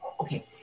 Okay